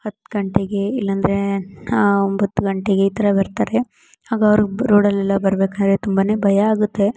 ಹತ್ತು ಗಂಟೆಗೆ ಇಲ್ಲಂದ್ರೆ ಒಂಬತ್ತು ಗಂಟೆಗೆ ಈ ಥರ ಬರ್ತಾರೆ ಆಗ ಅವ್ರು ಒಬ್ರು ರೋಡಲ್ಲೆಲ್ಲ ಬರ್ಬೇಕಾದ್ರೆ ತುಂಬ ಭಯ ಆಗುತ್ತೆ